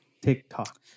TikTok